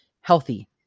healthy